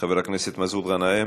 חבר הכנסת מסעוד גנאים,